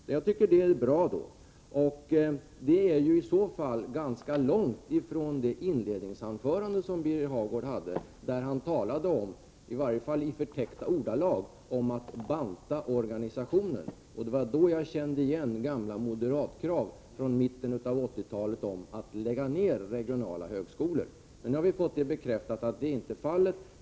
I stället finner jag att detta resonemang ganska mycket skiljer sig från Birger Hagårds inledningsanförande, där han — i varje fall i förtäckta ordalag — talade om en bantning av organisationen. Det var det som fick mig att tänka på gamla moderatkrav från mitten av 80-talet, då man ville lägga ned regionala högskolor. Men nu har vi alltså fått bekräftat att så inte är fallet.